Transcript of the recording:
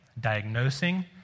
diagnosing